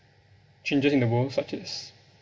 changes in the world such as